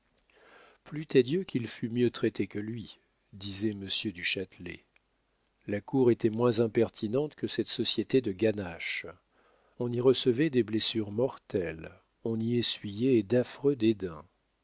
plût à dieu qu'il fût mieux traité que lui disait monsieur du châtelet la cour était moins impertinente que cette société de ganaches on y recevait des blessures mortelles on y essuyait d'affreux